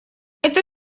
это